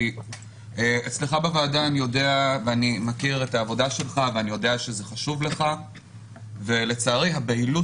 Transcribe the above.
אני מכיר את העבודה שלך ואני יודע שזה חשוב לך אבל לצערי הבהילות